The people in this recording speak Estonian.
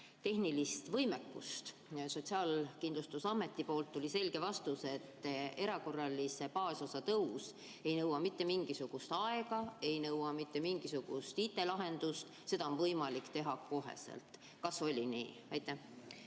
tehnilist võimekust. Sotsiaalkindlustusametilt tuli selge vastus, et erakorralise baasosa tõus ei nõua mitte mingisugust aega, ei nõua mitte mingisugust IT-lahendust, seda on võimalik teha kohe. Kas oli nii? Aitäh!